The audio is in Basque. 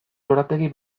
lorategi